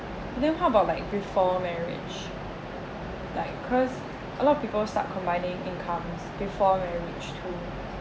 then how about like before marriage like cause a lot of people start combining income before marriage too